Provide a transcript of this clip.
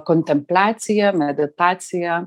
kontempliacija meditacija